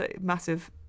massive